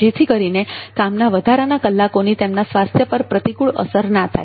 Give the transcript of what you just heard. જેથી કરીને કામના વધારાના કલાકોની તેમના સ્વાસ્થ્ય પર પ્રતિકૂળ અસર ના થાય